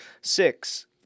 Six